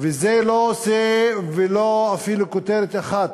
זה לא עושה אפילו כותרת אחת: